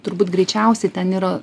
turbūt greičiausiai ten yra